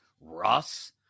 Russ